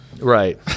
right